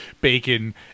bacon